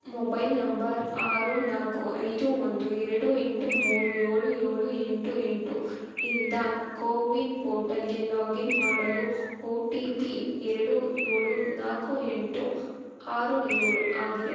mobile number ಆರು ನಾಲ್ಕು ಐದು ಒಂದು ಎರಡು ಎಂಟು ಮೂರು ಏಳು ಏಳು ಎಂಟು ಎಂಟು ಇಂದ ಕೋವಿನ್ ಪೋರ್ಟಲ್ಗೆ ಲಾಗಿನ್ ಮಾಡಲು ಒ ಟಿ ಪಿ ಎರಡು ಏಳು ನಾಲ್ಕು ಎಂಟು ಆರು ಏಳು ಆಗಿದೆ